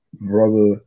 brother